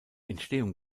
entstehung